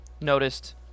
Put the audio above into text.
noticed